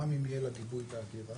גם אם יהיה לה גיבוי באגירה,